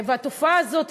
והתופעה הזו,